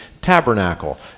tabernacle